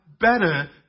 better